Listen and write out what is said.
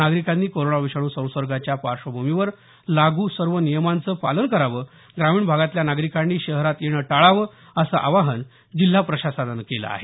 नागरिकांनी कोरोना विषाणू संसर्गाच्या पार्श्वभूमीवर लागू सर्व नियमांचं पालन करावं ग्रामीण भागतल्या नागरिकांनी शहरात येण टाळावं असं आवाहन जिल्हा प्रशासनान केलं आहे